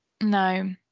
No